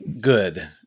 good